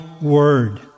word